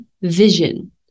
vision